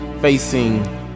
facing